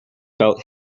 felt